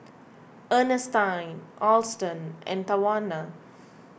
Earnestine Alston and Tawanna